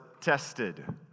tested